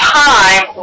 time